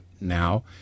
now